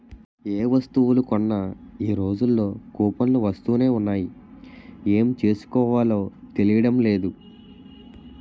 ఏ వస్తువులు కొన్నా ఈ రోజుల్లో కూపన్లు వస్తునే ఉన్నాయి ఏం చేసుకోవాలో తెలియడం లేదు